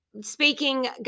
Speaking